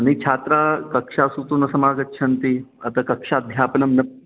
न हि छात्रा कक्षासु तु न समागच्छन्ति अत कक्षाध्यापनं न